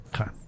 okay